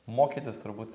mokytis turbūt